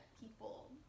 people